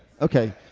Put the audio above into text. Okay